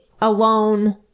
alone